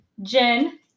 Jen